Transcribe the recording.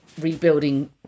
rebuilding